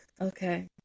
Okay